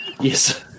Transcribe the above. Yes